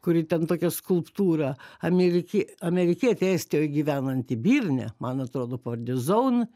kuri ten tokia skulptūra amerikie amerikietė estijoj gyvenanti bylne man atrodo pavardė zone